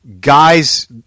guys